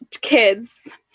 kids